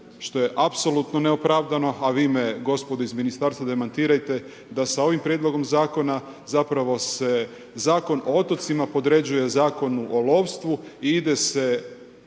što je apsolutno neopravdano, a vi me gospodo iz ministarstva demantirajte, da sa ovim prijedlogom zakona zapravo se Zakon o otocima podređuje Zakonu o lovstvu i ide se